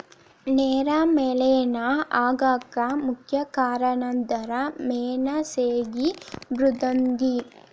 ನೇರ ಮಲೇನಾ ಆಗಾಕ ಮುಖ್ಯ ಕಾರಣಂದರ ಮೇನಾ ಸೇಗಿ ಮೃದ್ವಂಗಿ